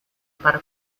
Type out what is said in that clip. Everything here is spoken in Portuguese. para